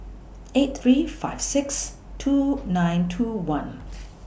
eight three five six two nine two one